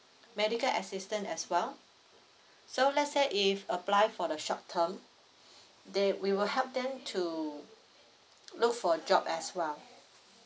medical assistant as well so let's say if apply for the short term they we will help them to look for job as well